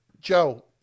Joe